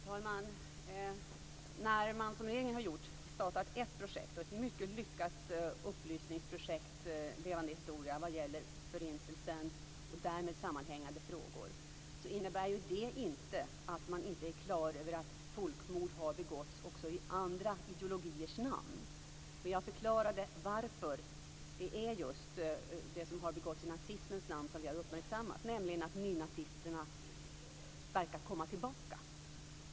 Fru talman! Att man, som regeringen gjort, har startat ett mycket lyckat upplysningsprojekt, projektet Levande historia, vad gäller Förintelsen och därmed sammanhängande frågor innebär inte att man inte är klar över att folkmord har begåtts också i andra ideologiers namn. Jag har förklarat varför vi uppmärksammat just det som har begåtts i nazismens namn, nämligen att nynazisterna verkar komma tillbaka.